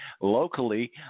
locally